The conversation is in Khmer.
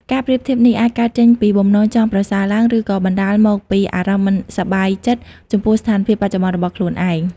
ការប្រៀបធៀបនេះអាចកើតចេញពីបំណងចង់ប្រសើរឡើង ឬក៏បណ្តាលមកពីអារម្មណ៍មិនសប្បាយចិត្តចំពោះស្ថានភាពបច្ចុប្បន្នរបស់ខ្លួនឯង។